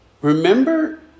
remember